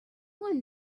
one